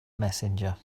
messenger